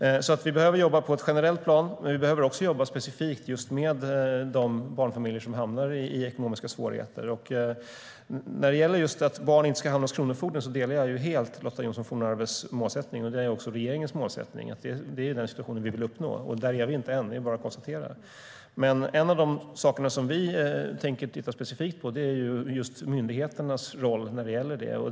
När det gäller just att barn inte ska hamna hos kronofogden delar jag helt Lotta Johnsson Fornarves målsättning, vilket också är regeringens målsättning, nämligen att det är det som vi vill uppnå. Där är vi ännu inte; det är bara att konstatera. En av de saker som vi tänker titta specifikt på är just myndigheternas roll när det gäller detta.